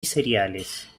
cereales